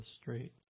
straight